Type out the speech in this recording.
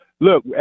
Look